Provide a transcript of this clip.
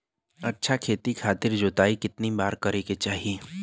अच्छा खेती खातिर जोताई कितना बार करे के चाही?